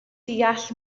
deall